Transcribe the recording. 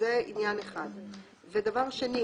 דבר שני,